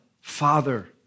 Father